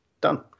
Done